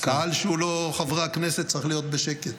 קהל שהוא לא חברי הכנסת צריך להיות בשקט.